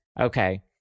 Okay